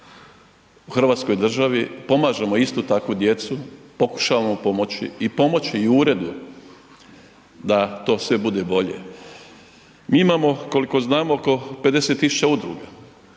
u Hrvatskoj državi, pomažemo istu takvu djecu, pokušamo pomoći, i pomoći i Uredu da to sve bude bolje. Mi imamo koliko znamo oko 50 tisuća udruga,